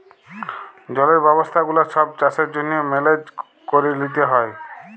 জলের ব্যবস্থা গুলা ছব চাষের জ্যনহে মেলেজ ক্যরে লিতে হ্যয়